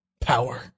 power